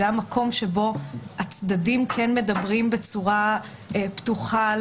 זה המקום שבו הצדדים כן מדברים בצורה פתוחה,